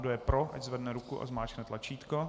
Kdo je pro, ať zvedne ruku a zmáčkne tlačítko.